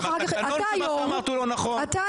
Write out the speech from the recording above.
מה זה לא יום, מי